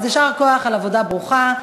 יישר כוח על עבודה ברוכה.